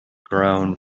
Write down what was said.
grown